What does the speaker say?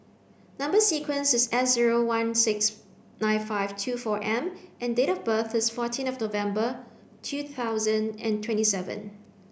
number sequence is S zero one six nine five two four M and date of birth is forteen of November two thousand and twenty seven